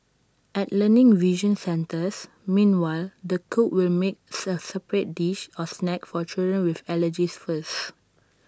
at learning vision centres meanwhile the cook will make separate dish or snack for children with allergies first